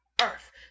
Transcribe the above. earth